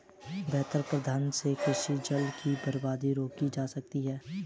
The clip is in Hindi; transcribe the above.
बेहतर प्रबंधन से कृषि जल की बर्बादी रोकी जा सकेगी